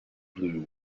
blew